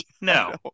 No